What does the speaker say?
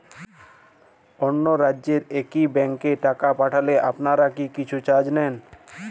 অন্য রাজ্যের একি ব্যাংক এ টাকা পাঠালে আপনারা কী কিছু চার্জ নেন?